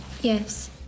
Yes